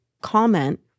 comment